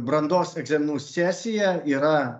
brandos egzaminų sesija yra